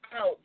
out